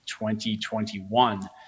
2021